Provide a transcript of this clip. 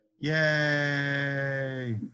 Yay